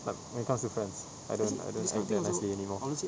like when it comes to friends I don't I don't I never see anymore